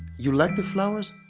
you like the flowers?